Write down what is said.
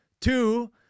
two